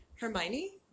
hermione